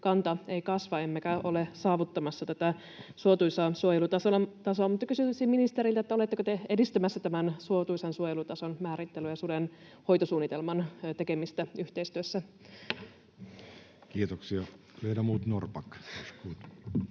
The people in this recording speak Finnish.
susikanta ei kasva emmekä ole saavuttamassa tätä suotuisaa suojelutasoa. Mutta kysyisin ministeriltä, oletteko te edistämässä tämän suotuisan suojelutason määrittelyä ja suden hoitosuunnitelman tekemistä yhteistyössä? [Speech